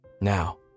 now